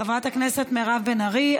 חברת הכנסת מירב בן ארי,